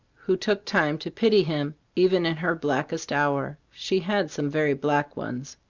who took time to pity him, even in her blackest hour. she had some very black ones.